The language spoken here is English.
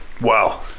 Wow